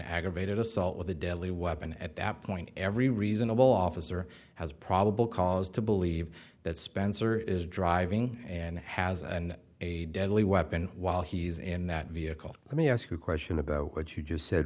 aggravated assault with a deadly weapon at that point every reasonable officer has probable cause to believe that spencer is driving and has and a deadly weapon while he's in that vehicle let me ask you a question about what you just said